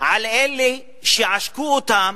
על אלה שעשקו אותם,